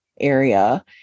area